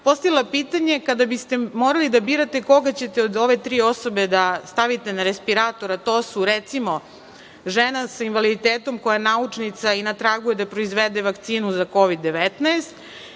postavila pitanje, kada biste morali da birate koga ćete od ove tri osobe da stavite na respirator, a to su recimo, žena sa invaliditetom koja je naučnica i na tragu je da proizvede vakcinu za Kovid-19